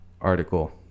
article